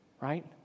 right